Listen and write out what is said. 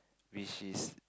which is